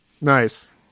Nice